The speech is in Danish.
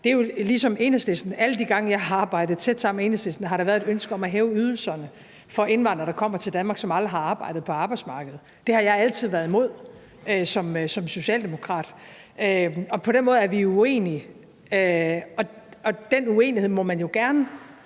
Alle de gange jeg har arbejdet tæt sammen med Enhedslisten, har der været et ønske om at hæve ydelserne for indvandrere, der kommer til Danmark, og som aldrig har arbejdet på arbejdsmarkedet. Det har jeg altid været imod som socialdemokrat. På den måde er vi uenige, og den uenighed må man jo også